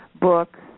books